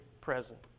present